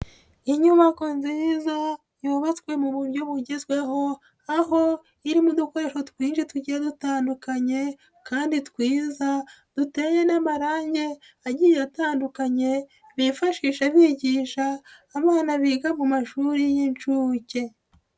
Inyubako nziza yubatswe mu buryo bugezweho aho irimo udukoresho twinshi tugiye dutandukanye kandi twiza duteye n'amarangi agiye atandukanye bifashisha bigisha abana biga mu mashuri y'inshuke.